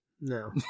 No